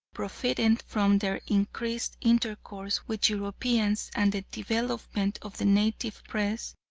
profiting from their increased intercourse with europeans, and the development of the native press,